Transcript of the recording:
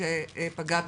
שפגע בילדים.